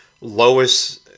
Lois